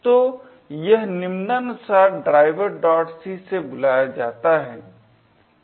तो यह निमानानुसार driverc से बुलाया जाता है